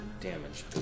damage